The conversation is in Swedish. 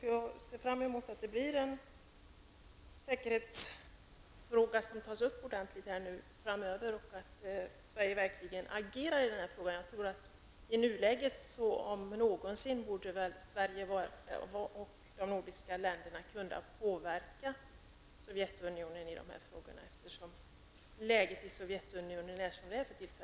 Jag ser fram emot att det här blir en säkerhetsfråga som man tar tag i ordentligt framöver, och att Sverige verkligen agerar. I nuläget -- om någonsin -- borde väl Sverige och de nordiska länderna kunna påverka Sovjetunionen i dessa frågor, som läget i Sovjetunionen är nu.